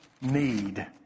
need